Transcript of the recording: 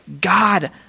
God